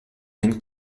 den